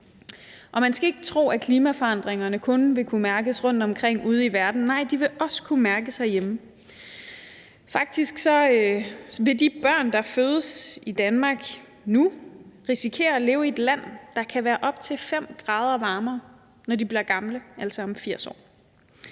Og man skal ikke tro, at klimaforandringerne kun vil kunne mærkes rundtomkring ude i verden. Nej, de vil også kunne mærkes herhjemme. Faktisk vil de børn, der fødes i Danmark nu, risikere at leve i et land, der kan være op til 5 grader varmere, når de bliver gamle, altså om 80 år